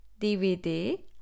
DVD